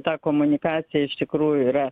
ta komunikacija iš tikrųjų yra